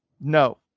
no